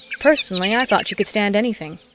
personally, i thought she could stand anything.